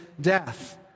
death